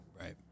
Right